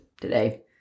today